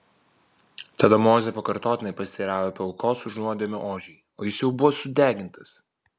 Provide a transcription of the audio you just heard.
tada mozė pakartotinai pasiteiravo apie aukos už nuodėmę ožį o jis jau buvo sudegintas